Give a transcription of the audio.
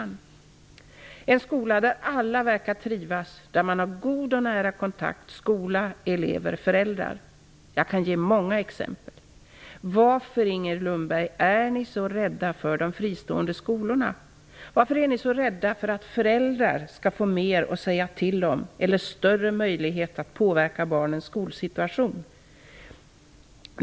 Det är en skola där alla verkar trivas och där man har god och nära kontakt mellan skola, elever och föräldrar. Jag kan ge många sådana exempel. Varför, Inger Lundberg, är ni så rädda för de fristående skolorna? Varför är ni så rädda för att föräldrar skall få mer att säga till om, eller större möjlighet att påverka barnens skolsituation?